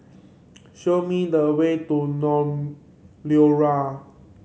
show me the way to Liora